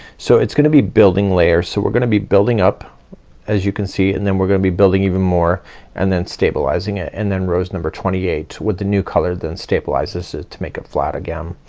so it's gonna be building layers. so we're gonna be building up as you can see and then we're gonna be building even more and then stabilizing it and then rows number twenty eight with the new color then stabilizes it to make it flat again.